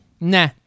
Nah